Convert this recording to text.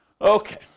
Okay